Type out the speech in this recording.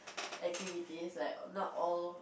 activities like or not all